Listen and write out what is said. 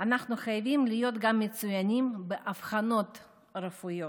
אנחנו חייבים להיות גם מצוינים באבחנות רפואיות.